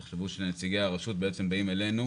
תחשבו שנציגי הרשות בעצם באים אלינו,